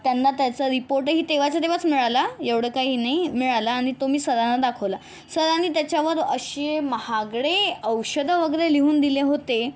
त्यांना त्याचा रिपोर्टही तेव्हाच्या तेव्हाच मिळाला एवढं काही नाही मिळाला आणि मी तो सरांना दाखवला सरांनी त्याच्यावर असे महागडे औषधं वगैरे लिहून दिले होते